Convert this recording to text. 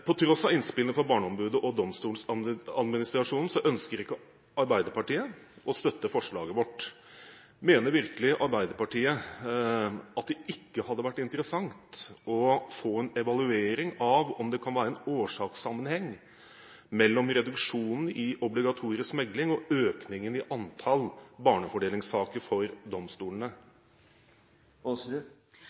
På tross av innspillene fra Barneombudet og Domstoladministrasjonen ønsker ikke Arbeiderpartiet å støtte forslaget vårt. Mener virkelig Arbeiderpartiet at det ikke hadde vært interessant å få en evaluering av om det kan være en årsakssammenheng mellom reduksjonen i obligatorisk megling og økningen i antall barnefordelingssaker for domstolene?